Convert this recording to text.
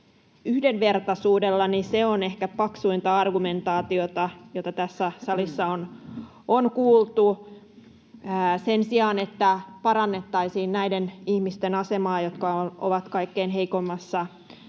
yhdenvertaisuudella — se on ehkä paksuinta argumentaatiota, jota tässä salissa on kuultu — sen sijaan, että parannettaisiin näiden ihmisten asemaa, jotka ovat kaikkein heikoimmassa